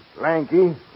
lanky